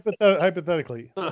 Hypothetically